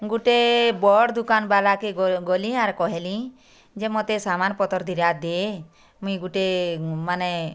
ଗୁଟେ ବଡ଼୍ ଦୁକାନ୍ ବାଲା କେ ଗଲି ଆର୍ କହେଲି ଯେ ମତେ ସମାନ୍ ପତର୍ ଦିଇ'ଟା ଦେ ମୁଇଁ ଗୁଟେ ମାନେ